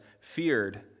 feared